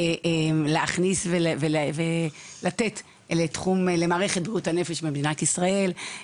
להכניס ולתת למערכת בריאות הנפש במדינת ישראל,